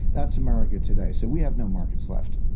that's america today. so we have no markets left?